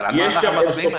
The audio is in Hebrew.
אז על מה אנחנו מצביעים היום?